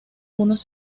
unos